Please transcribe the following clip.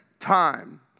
Time